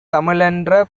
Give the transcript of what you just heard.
தமிழென்ற